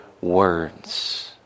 words